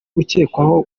ucyekwaho